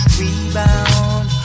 rebound